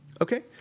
Okay